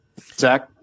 Zach